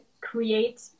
create